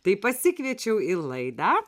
tai pasikviečiau į laidą